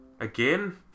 Again